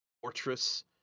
fortress